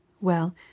Well